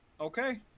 Okay